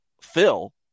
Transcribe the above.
Phil